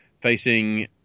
Facing